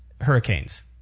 hurricanes